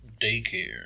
Daycare